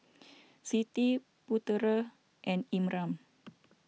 Siti Putera and Imran